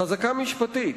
חזקה משפטית.